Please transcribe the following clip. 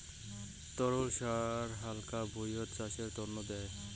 তরল সার হাকান ভুঁইতে চাষের তন্ন দেয়